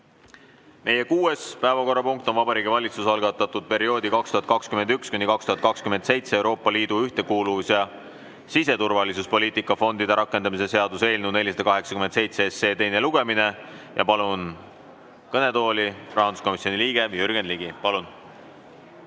Meie kuues päevakorrapunkt on Vabariigi Valitsuse algatatud perioodi 2021–2027 Euroopa Liidu ühtekuuluvus‑ ja siseturvalisuspoliitika fondide rakendamise seaduse eelnõu 487 teine lugemine. Palun kõnetooli rahanduskomisjoni liikme Jürgen Ligi. Meie